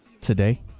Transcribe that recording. today